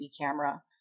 camera